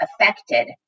affected